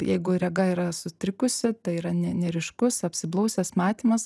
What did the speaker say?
jeigu rega yra sutrikusi tai yra neryškus apsiblausęs matymas